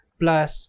plus